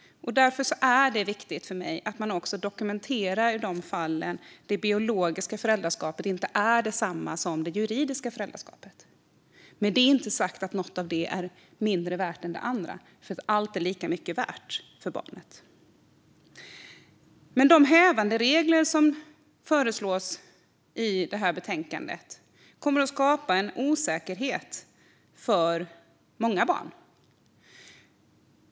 Därför är det viktigt för mig att man dokumenterar kopplingen också i de fall där det biologiska föräldraskapet inte är detsamma som det juridiska föräldraskapet. Med det inte sagt att något av det är mindre värt än det andra. Allt är lika mycket värt för barnet. De hävanderegler som föreslås i betänkandet kommer att skapa en osäkerhet för många barn.